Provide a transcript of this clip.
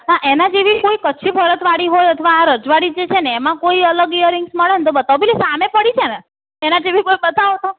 હા એના જેવી કોઈ કચ્છી ભરતવાળી હોય અથવા આ રજવાળી જે છે ને એમાં કોઈ અલગ ઇયરિંગ્સ મળે ને તો બતાવો પેલી સામે પડી છે ને એનાં જેવી કોઈ બતાવો તો